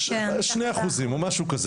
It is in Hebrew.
שני אחוזים, או משהו כזה.